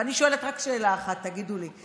ואני שואלת רק שאלה אחת: תגידו לי,